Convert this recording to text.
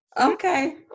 okay